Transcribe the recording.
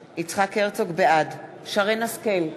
בעד שרן השכל,